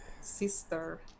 sister